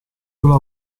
però